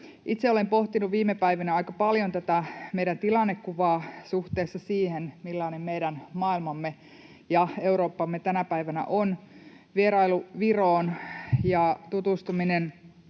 Itse olen pohtinut viime päivinä aika paljon tätä meidän tilannekuvaamme suhteessa siihen, millainen meidän maailmamme ja Eurooppamme tänä päivänä on. Vierailu Viroon ja tutustuminen